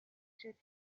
should